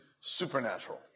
supernatural